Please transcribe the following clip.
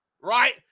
Right